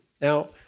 Now